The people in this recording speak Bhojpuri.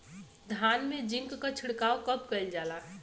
धान में जिंक क छिड़काव कब कइल जाला?